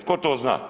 Tko to zna?